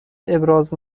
ابراز